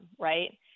right